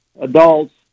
adults